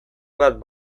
bat